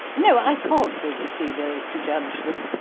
no, i can't really see those to judge them.